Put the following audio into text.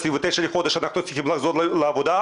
ב-29 לחודש אפריל אנחנו צריכים לחזור לעבודה.